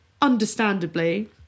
Understandably